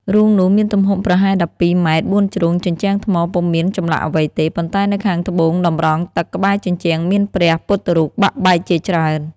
រូងនោះមានទំហំ ប្រហែល ១២ ម៉ែត្របួនជ្រុង ជញ្ជាំងថ្ម ពុំមានចម្លាក់អ្វីទេ ប៉ុន្តែនៅខាងត្បូងតម្រងទឹកក្បែរជញ្ជាំងមានព្រះ ពុទ្ធរូបបាក់បែកជាច្រើន ។